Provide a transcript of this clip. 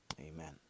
Amen